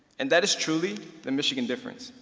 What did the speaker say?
and that is truly the michigan difference.